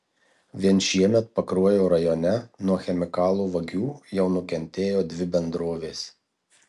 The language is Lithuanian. vien šiemet pakruojo rajone nuo chemikalų vagių jau nukentėjo dvi bendrovės